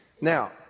Now